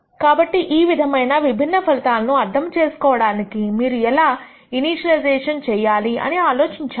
కాబట్టి ఈ విధమైన విభిన్నమైన ఫలితాల ను అర్థం చేసుకోవడానికి మీరు ఎలా ఇనీషియలైజేషన్ ఎలా చేయాలి అని ఆలోచించాలి